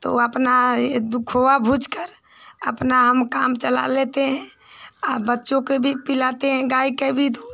तो अपना खोआ भूँजकर अपना हम काम चला लेते हैं और बच्चों को भी पिलाते हैं गाय का भी दूध